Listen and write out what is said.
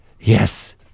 Yes